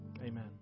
Amen